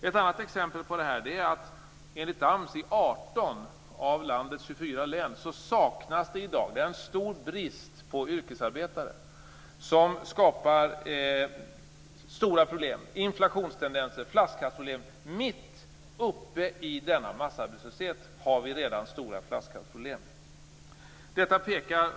Ett annat exempel på detta är att det enligt AMS i 18 av landets 24 län råder en stor brist på yrkesarbetare. Detta skapar stora problem i form av inflationstendenser och flaskhalsproblem. Mitt uppe i denna massarbetslöshet har vi stora flaskhalsproblem! Fru talman!